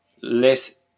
less